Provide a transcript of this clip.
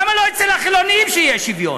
למה אצל החילונים לא יהיה שוויון?